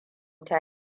ta